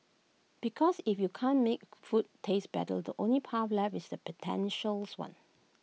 because if you can't make food taste better the only path left is the pretentious one